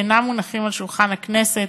אינם מונחים על שולחן הכנסת,